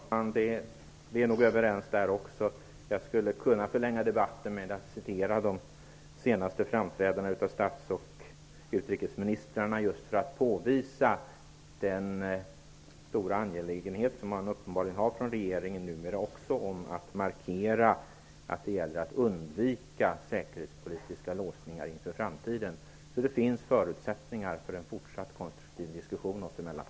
Fru talman! Vi är nog överens om detta också. Jag skulle kunna förlänga debatten med att citera de senaste framträdandena av statsministern och utrikesministern just för att påvisa regeringens numera uppenbarligen stora angelägenhet om att markera att det gäller att undvika säkerhetspolitiska låsningar inför framtiden. Det visar att det finns förutsättningar för en fortsatt konstruktiv diskussion oss emellan.